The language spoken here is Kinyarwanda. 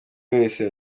wese